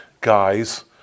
guys